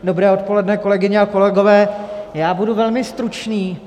Dobré odpoledne, kolegyně a kolegové, já budu velmi stručný.